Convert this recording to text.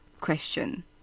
question